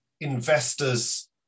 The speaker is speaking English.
investors